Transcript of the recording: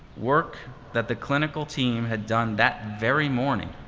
work that the clinical team had done that very morning,